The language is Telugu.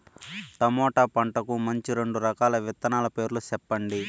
టమోటా పంటకు మంచి రెండు రకాల విత్తనాల పేర్లు సెప్పండి